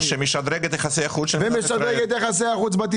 לא יכול להיות שמשרד החוץ מגיע לכאן או